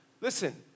Listen